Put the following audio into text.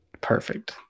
Perfect